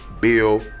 Bill